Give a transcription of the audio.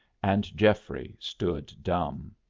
and geoffrey stood dumb.